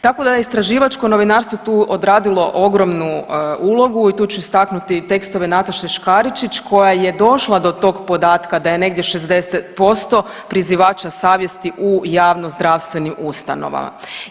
Tako da je istraživačko novinarstvo tu odradilo ogromnu ulogu i tu ću istaknuti tekstove Nateše Škaričić koja je došla do tog podatka da je negdje 60% prizivača savjesti u javnozdravstvenim ustanovama.